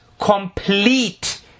complete